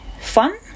fun